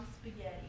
spaghetti